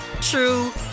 true